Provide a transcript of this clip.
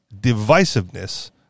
divisiveness